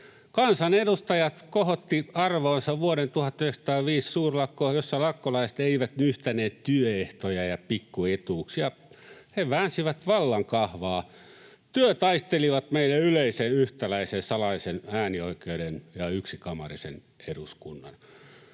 Kansanedustajat kohotti arvoonsa vuoden 1905 suurlakko, jossa lakkolaiset eivät nyhtäneet työehtoja ja pikkuetuuksia. He väänsivät vallan kahvaa, työtaistelivat meille yleisen, yhtäläisen ja salaisen äänioikeuden ja yksikamarisen eduskunnan.